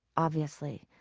obviously,